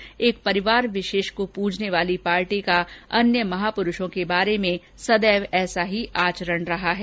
उन्होंने कहा कि एक परिवार विशेष को पूजने वाली पार्टी का अन्य महापुरूषों के बारे में सदैव ऐसा ही आचरण रहा है